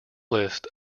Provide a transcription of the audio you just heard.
list